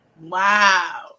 Wow